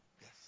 Yes